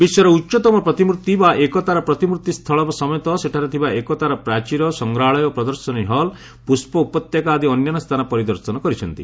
ବିଶ୍ୱର ଉଚ୍ଚତମ ପ୍ରତିମୂର୍ତ୍ତି ବା ଏକତାର ପ୍ରତିମୂର୍ତ୍ତି ସ୍ଥଳ ସମେତ ସେଠାରେ ଥିବା ଏକତାର ପ୍ରାଚୀର ସଂଗ୍ରହାଳୟ ଓ ପ୍ରଦର୍ଶନୀ ହଲ୍ ପୁଷ୍ପ ଉପତ୍ୟକା ଆଦି ଅନ୍ୟାନ୍ୟ ସ୍ଥାନ ପରିଦର୍ଶନ କରିଛନ୍ତି